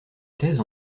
thèse